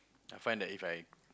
I find that If I